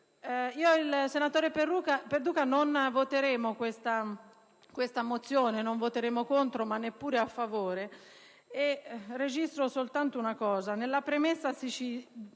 Io e il senatore Perduca non voteremo questa mozione; non voteremo contro, ma neppure a favore. Registro soltanto una questione: nella premessa si cita